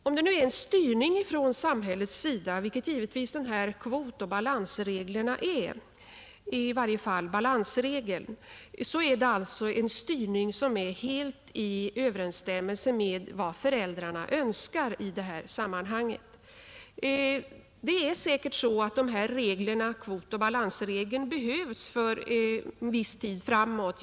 Om det nu är en styrning från samhällets sida — vilket givetvis kvotoch balansreglerna innebär, i varje fall balansregeln — är alltså denna styrning helt i överensstämmelse med vad föräldrarna önskar i detta sammanhang. Det är säkert så att kvotoch balansreglerna behövs för viss tid framåt.